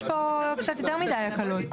יש פה קצת יותר מידי הקלות.